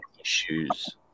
issues